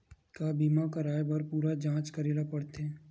का बीमा कराए बर पूरा जांच करेला पड़थे?